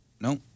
no